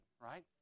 right